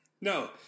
No